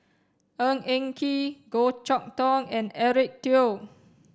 Ng Eng Kee Goh Chok Tong and Eric Teo